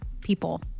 people